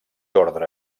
ordre